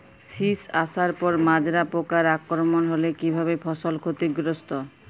শীষ আসার পর মাজরা পোকার আক্রমণ হলে কী ভাবে ফসল ক্ষতিগ্রস্ত?